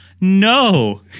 No